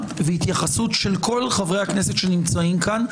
והתייחסות של כל חברי הכנסת שנמצאים כאן,